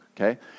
okay